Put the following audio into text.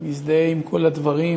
אני מזדהה עם כל הדברים,